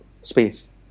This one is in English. space